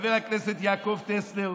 חבר הכנסת יעקב טסלר,